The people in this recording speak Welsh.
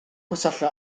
gwersylla